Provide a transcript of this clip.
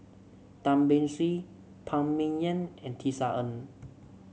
Tan Beng Swee Phan Ming Yen and Tisa Ng